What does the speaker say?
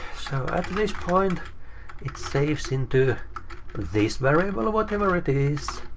so at and this point it saves into this variable, what ever it is,